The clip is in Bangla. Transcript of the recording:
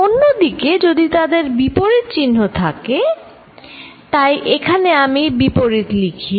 অন্যদিকে যদি তাদের বিপরীত চিহ্ন থাকে তাই এখানে আমি বিপরীত লিখি